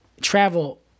travel